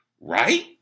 right